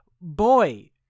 boy